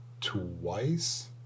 twice